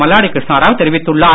மல்லாடி கிருஷ்ணராவ் தெரிவித்துள்ளார்